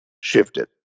shifted